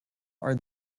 are